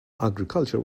agriculture